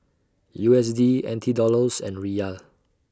U S D N T Dollars and Riyal